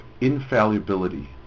infallibility